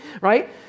right